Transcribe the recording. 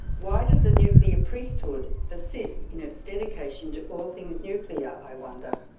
why does the nuclear priesthood persist in its dedication to all things nuclear, i wonder?